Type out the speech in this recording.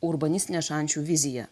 urbanistinę šančių viziją